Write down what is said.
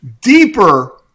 deeper